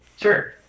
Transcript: Sure